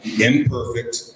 Imperfect